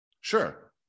Sure